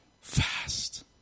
fast